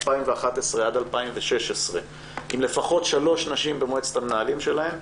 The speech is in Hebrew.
2011 עד 2016 עם לפחות שלוש נשים במועצת המנהלים שלהן,